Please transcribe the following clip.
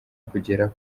kugera